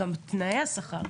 גם תנאי העבודה.